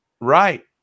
Right